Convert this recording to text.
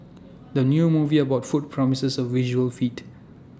the new movie about food promises A visual feast